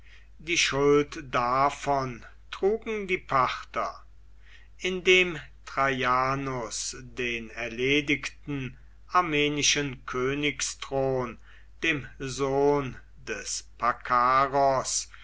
die schuld davon trugen die parther indem traianus den erledigten armenischen königsthron dem sohn des